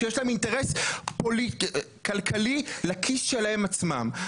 כי יש להם אינטרס כלכלי לכיס שלהם עצמם.